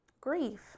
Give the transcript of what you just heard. Grief